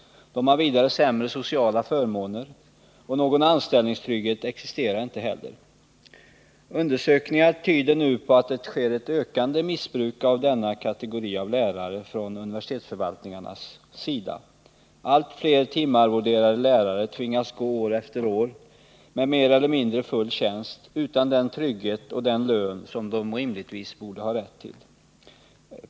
De har vidare sämre sociala förmåner, och någon anställningstrygghet existerar inte heller. Undersökningar tyder nu på ett ökande missbruk från universitetsförvaltningarnas sida av denna kategori av lärare. Allt fler timarvoderade lärare tvingas gå år efter år med mer eller mindre full tjänst utan den trygghet och den lön som de rimligtvis borde ha rätt till.